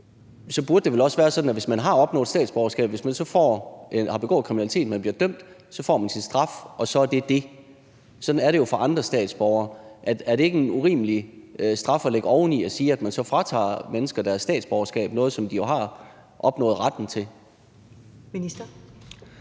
Så burde det vel også være sådan, at hvis man har opnået statsborgerskab og så begår kriminalitet og bliver dømt, får man sin straf, og så er det det. Sådan er det jo for andre statsborgere. Er det ikke en urimelig straf at lægge oveni at sige, at man så fratager mennesker deres statsborgerskab – noget, som de har opnået retten til? Kl.